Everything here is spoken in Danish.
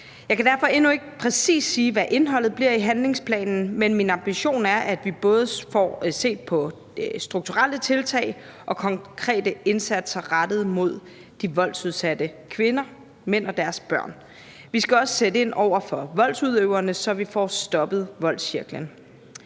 Jeg kan derfor endnu ikke sige, præcis hvad indholdet i handlingsplanen bliver, men min ambition er, at vi både får set på strukturelle tiltag og konkrete indsatser rettet mod de voldsudsatte kvinder, mænd og deres børn. Vi skal også sætte ind over for voldsudøverne, så vi får stoppet voldscirklen.